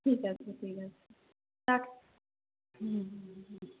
ঠিক আছে ঠিক আছে রাখছি হুম হুম হুম